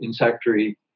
insectary